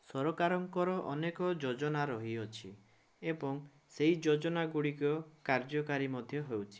ସରକାରଙ୍କର ଅନେକ ଯୋଜନା ରହିଅଛି ଏବଂ ସେହି ଯୋଜନାଗୁଡ଼ିକ କାର୍ଯ୍ୟକାରୀ ମଧ୍ୟ ହେଉଛି